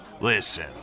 Listen